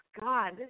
God